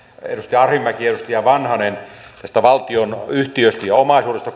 edustaja arhinmäki edustaja vanhanen kuten myös pääministeri näistä valtion yhtiöistä ja omaisuudesta